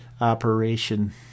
operation